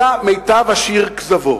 מיטב השיר כזבו.